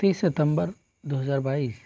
तीस सितंबर दो हज़ार बाईस